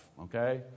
Okay